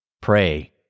Pray